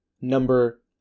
number